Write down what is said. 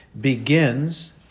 begins